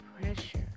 pressure